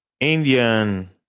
Indian